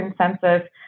consensus